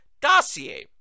dossier